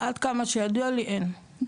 עד כמה שידוע לי אין.